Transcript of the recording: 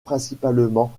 principalement